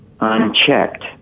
unchecked